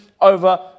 over